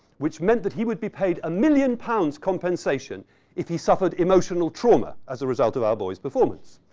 which meant that he would be paid a million pounds compensation if he suffered emotional trauma as a result of our boy' performance.